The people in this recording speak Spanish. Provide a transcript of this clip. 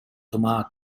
tomaba